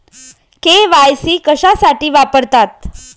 KYC कशासाठी वापरतात?